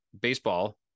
baseball